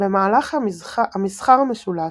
במהלך "המסחר המשולש"